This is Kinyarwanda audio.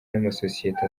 n’amasosiyete